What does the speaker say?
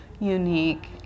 unique